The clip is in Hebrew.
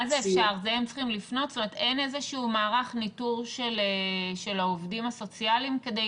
אין איזשהו מערך ניטור של העובדים הסוציאליים כדי